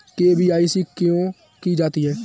KYC क्यों की जाती है?